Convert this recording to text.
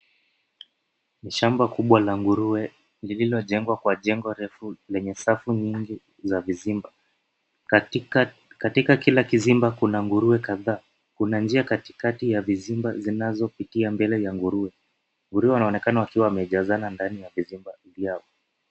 Ni shamba kubwa la nguruwe, lililojengwa kwa jengo refu lenye safu nyingi za vizimba. Katika kila kizimba kuna nguruwe kadhaa. Kuna njia katikati ya vizimba zinazopitia mbele ya nguruwe. Wanaonekana wakiwa wamejazana ndani ya kuzimba.